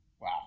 Wow